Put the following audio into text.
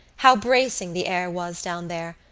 how bracing the air was down there,